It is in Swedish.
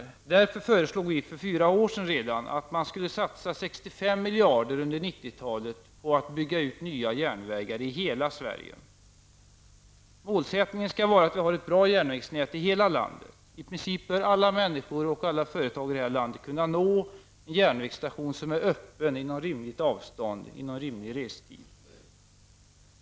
Miljöpartiet föreslog därför redan för fyra år sedan att det skulle satsas 65 miljarder kronor under 90 talet på att bygga ut nya järnvägar i hela Sverige. Målsättningen skall vara ett bra järnvägsnät i hela landet. I princip bör alla människor och företag i detta land kunna nå en järnvägsstation som är öppen inom rimligt avstånd och på rimlig restid.